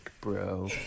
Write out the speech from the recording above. bro